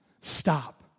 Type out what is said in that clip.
stop